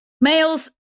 Males